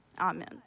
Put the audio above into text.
amen